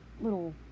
little